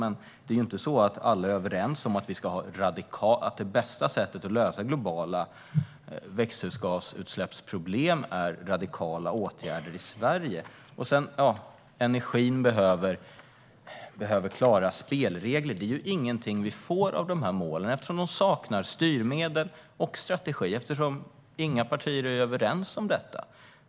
Men det är inte så att alla är överens om att det bästa sättet att lösa globala problem med växthusgasutsläpp är radikala åtgärder i Sverige. Energin behöver klara spelregler, men det är ingenting som vi får med utsläppsmålen eftersom de saknar styrmedel och strategi och inga partier är överens om dessa.